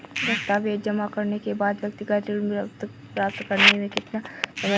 दस्तावेज़ जमा करने के बाद व्यक्तिगत ऋण प्राप्त करने में कितना समय लगेगा?